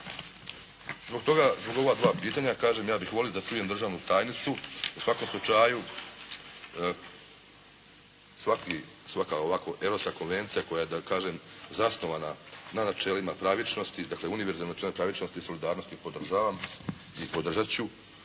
Zbog toga, zbog ova dva pitanja kažem ja bih volio da čujem državnu tajnicu. U svakom slučaju svaka ovakva europska konvencija koja je zasnovana na načelima pravičnosti dakle univerzalno načelo pravičnosti i solidarnosti podržavam i podržat ću